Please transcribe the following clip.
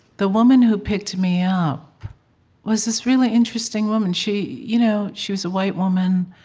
the woman who picked me up was this really interesting woman. she you know she was a white woman,